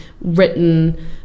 written